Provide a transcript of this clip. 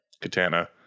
Katana